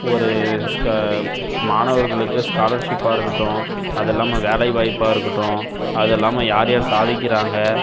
ஒரு ஸ்க மாணவர்களுக்கு ஸ்காலர்ஷிப்பாக இருக்கட்டும் அது இல்லாமல் வேலை வாய்ப்பாக இருக்கட்டும் அது இல்லாமல் யார் யார் சாதிக்கிறாங்க